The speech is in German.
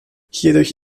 hierdurch